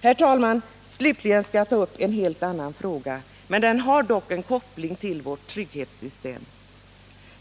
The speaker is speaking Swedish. Herr talman! Slutligen skall jag ta upp en helt annan fråga. Den har dock koppling till vårt trygghetssystem.